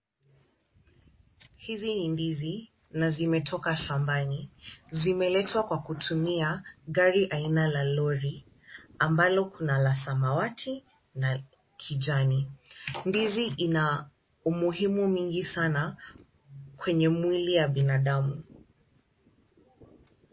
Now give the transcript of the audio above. Hizi ni ndizi na zimetoka shambani, zimeletwa kwa kutumia gari aina ya lori, ambalo kuna la samawati na kijani. Ndizi ina umuhimu mingi sana kwenye mwili wa binadamu.